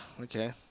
Okay